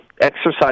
exercise